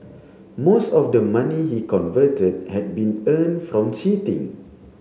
most of the money he converted had been earned from cheating